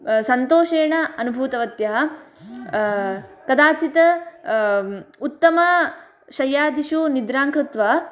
सन्तोषेण अनुभूतवत्यः कदाचित् उत्तमशय्यादिषु निद्रां कृत्वा